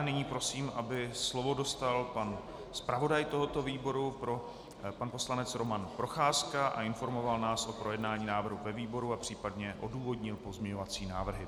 Nyní prosím, aby slovo dostal zpravodaj tohoto výboru pan poslanec Roman Procházka a informoval nás o projednání návrhu ve výboru a případně odůvodnil pozměňovací návrhy.